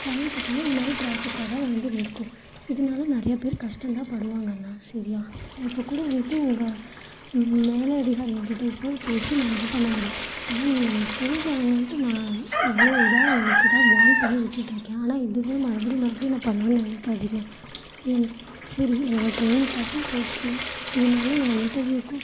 டைமுக்கு போனால் இந்த மாதிரி டிராஃபிக்காக தான் வந்து நிற்கும் இதனால நிறையா பேர் கஷ்டந்தான் படுவாங்கண்ணா சரியா நான் இப்போது கூட வந்துட்டு உங்கள் மேலே அதிகாரிங்ககிட்ட பேசி நான் இது பண்ண முடியும் ஆனால் நீங்கள் எங்களுக்கு தெரிஞ்சவங்கன்ட்டு நான் இவ்வளோ இதாக உங்கள்கிட்ட வான் பண்ணி விட்டுட்டு இருக்கேன் ஆனால் இதுவே மறுபடியும் மறுபடியும் நான் பண்ணுவேன்னு நினைக்காதிங்க என் சரி என்னோட ட்ரெயின் காசும் போச்சு இதனால என் இண்டர்வியூவுக்கும்